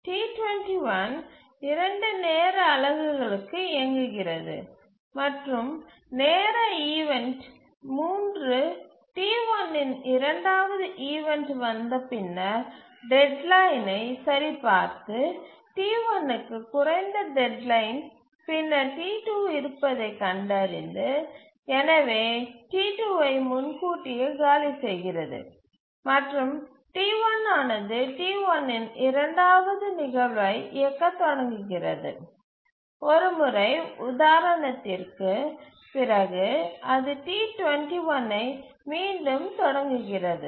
T21 2 நேர அலகுகளுக்கு இயங்குகிறது மற்றும் நேர ஈவண்ட் 3 T1 இன் இரண்டாவது ஈவண்ட் வந்து பின்னர் டெட்லைன் வை சரிபார்த்து T1 க்கு குறைந்த டெட்லைன் பின்னர் T2 இருப்பதைக் கண்டறிந்து எனவே T2 ஐ முன்கூட்டியே காலி செய்கிறது மற்றும் T1 ஆனது T1 இன் இரண்டாவது நிகழ்வை இயக்கத் தொடங்குகிறது ஒரு முறை உதாரணத்திற்குப் பிறகு அது T21 ஐ மீண்டும் தொடங்குகிறது